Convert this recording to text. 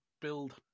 build